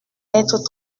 être